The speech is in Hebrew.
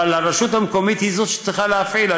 אבל הרשות המקומית היא זו שצריכה להפעיל.